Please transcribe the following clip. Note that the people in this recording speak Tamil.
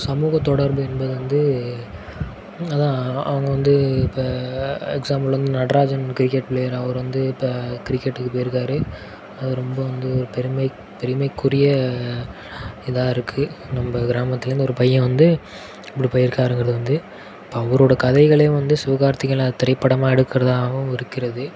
சமூக தொடர்பு என்பது வந்து அதுதான் அவங்க வந்து இப்போ எக்ஸாம்பில் வந்து நட்ராஜன் கிரிக்கெட் பிளேயர் அவர் வந்து இப்போ கிரிக்கெட்டுக்கு போயிருக்கார் அது ரொம்ப வந்து ஒரு பெருமை பெருமைக்குரிய இதாயிருக்கு நம்ப கிராமத்திலேருந்து ஒரு பையன் வந்து இப்படி போயிருக்கார்ங்கிறது வந்து இப்போ அவரோட கதைகளையும் வந்து சிவகார்த்திகேயன்லாம் திரைப்படமாக எடுக்கிறதாவும் இருக்கிறது